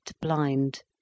blind